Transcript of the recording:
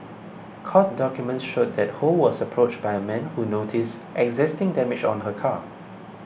court documents showed that Ho was approached by a man who noticed existing damage on her car